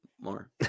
more